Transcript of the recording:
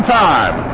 time